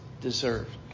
deserved